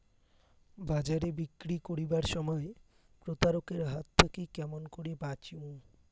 বাজারে বিক্রি করিবার সময় প্রতারক এর হাত থাকি কেমন করি বাঁচিমু?